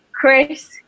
Chris